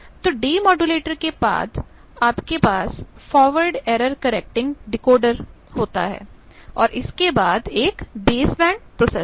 तो डेमोडुलेटर के बाद आपके पास फॉरवर्ड एरर करेक्टिंग डिकोडर है और इसके बाद एक बेसबैंड प्रोसेसर है